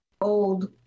Old